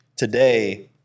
Today